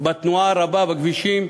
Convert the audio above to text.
בתנועה הרבה בכבישים.